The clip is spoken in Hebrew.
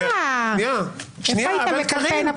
איפה היית בקמפיין הבחירות?